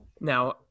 now